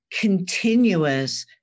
continuous